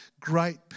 great